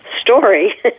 story